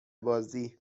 بازی